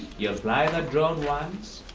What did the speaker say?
you fly that drone once